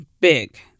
big